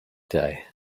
day